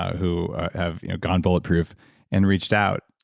who have you know gone bulletproof and reached out.